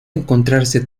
encontrarse